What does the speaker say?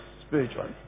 spiritually